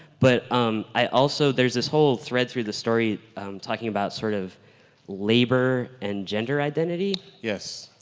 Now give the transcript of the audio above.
but um i also there's this whole thread through the story talking about sort of labor and gender identity. yes.